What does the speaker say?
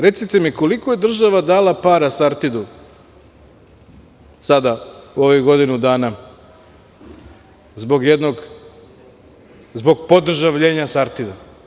Recite mi koliko je država dala para „Sartidu“ sada u ovih godinu dana zbog jednog podržavljenja „Sartida“